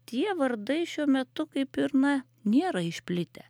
tie vardai šiuo metu kaip ir na nėra išplitę